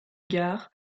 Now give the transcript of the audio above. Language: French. gard